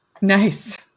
Nice